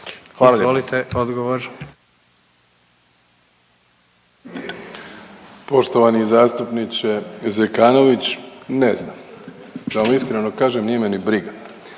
Andrej (HDZ)** Poštovani zastupniče Zekanović, ne znam, da vam iskreno kažem nije me ni briga